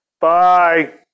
Bye